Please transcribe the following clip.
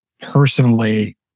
personally